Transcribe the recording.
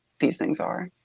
these things are.